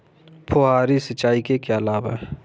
फुहारी सिंचाई के क्या लाभ हैं?